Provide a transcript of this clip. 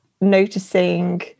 noticing